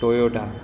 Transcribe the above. Toyota